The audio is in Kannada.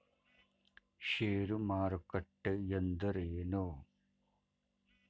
ಷೇರು ಮಾರುಕಟ್ಟೆ ಎಂದರೇನು?